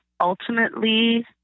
ultimately